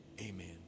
Amen